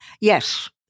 Yes